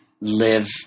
live